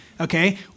okay